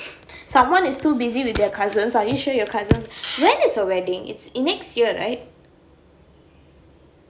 someone is too busy with their cousins are you sure your cousins when is her wedding next year right